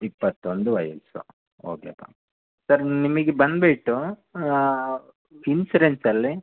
ಇಪ್ಪತ್ತೊಂದು ವಯಸ್ಸು ಓಕೆ ಪ ಸರ್ ನಿಮಿಗೆ ಬಂದುಬಿಟ್ಟು ಇನ್ಸುರೆನ್ಸಲ್ಲಿ